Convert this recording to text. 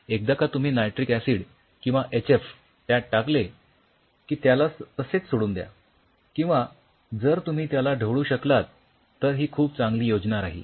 एकदा का तुम्ही नायट्रिक ऍसिड किंवा एचएफ त्यात टाकले की त्याला तसेच सोडून द्या किंवा जर तुम्ही त्याला ढवळू शकलात तर ही खूप चांगली योजना राहील